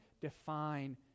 define